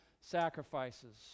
sacrifices